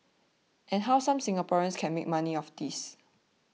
and how some Singaporeans can make money off this